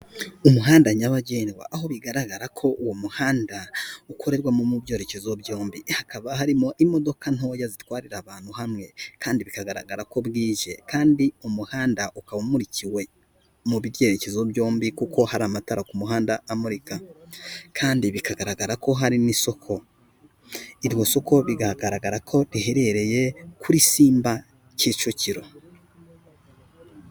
Umuhanda nyabagendwa aho bigaragara ko uwo muhanda ukorerwamo mu byerekezo byombi, hakaba harimo imodoka ntoya zitwarira abantu hamwe kandi bikagaragara ko bwije kandi umuhanda ukaba umurikiwe mu byerekezo byombi, kuko hari amatara ku muhanda amurika kandi bikagaragara ko hari n'isoko iriryo soko bi bikagaragara ko riherereye kuri Simba Kicukiro.